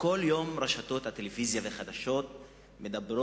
כל יום ברשתות הטלוויזיה והחדשות מדברים